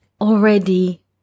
already